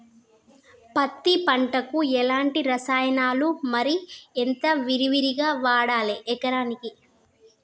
పత్తి పంటకు ఎలాంటి రసాయనాలు మరి ఎంత విరివిగా వాడాలి ఎకరాకి?